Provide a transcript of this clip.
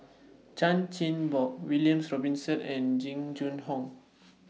Chan Chin Bock William Robinson and Jing Jun Hong